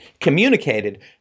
communicated